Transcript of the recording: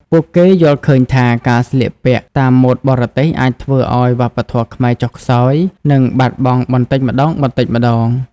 ពួកគេយល់ឃើញថាការស្លៀកពាក់តាមម៉ូដបរទេសអាចធ្វើឱ្យវប្បធម៌ខ្មែរចុះខ្សោយ និងបាត់បង់បន្តិចម្តងៗ។